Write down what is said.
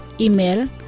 Email